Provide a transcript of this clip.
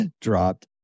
dropped